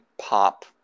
pop